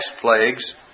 plagues